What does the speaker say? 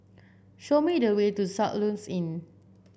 show me the way to Soluxe Inn